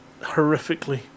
horrifically